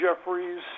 Jeffries